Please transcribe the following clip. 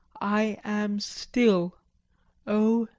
i am still oh,